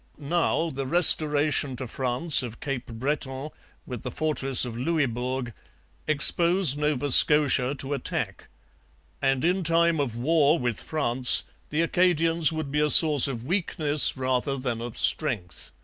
now the restoration to france of cape breton with the fortress of louisbourg exposed nova scotia to attack and in time of war with france the acadians would be a source of weakness rather than of strength.